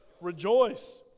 Rejoice